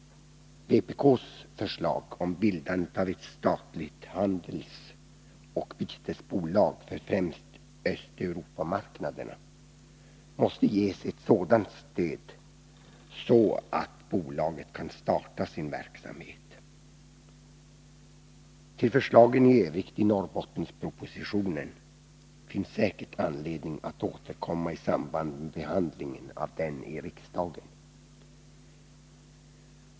För bildandet av ett statligt handelsoch bytesbolag för främst Östeuropamarknaderna, något som vpk föreslår, erforderas så mycket stöd att bolaget kan starta sin verksamhet. Till förslagen i övrigt när det gäller Norrbottenspropositionen finns det säkert anledning att återkomma i samband med riksdagens behandling av denna proposition.